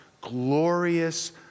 glorious